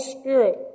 Spirit